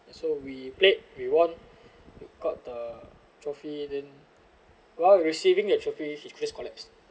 ya and so we played we won we got the trophy then while receiving the trophy he just collapsed